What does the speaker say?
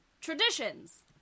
Traditions